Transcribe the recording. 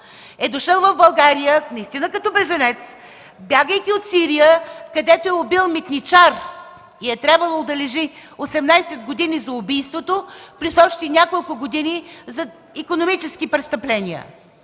е дошъл в България наистина като бежанец, бягайки от Сирия, където е убил митничар и е трябвало да лежи 18 години за убийството плюс още няколко години за икономически престъпления.